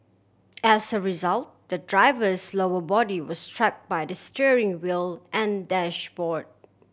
as a result the driver's lower body was trap by the steering wheel and dashboard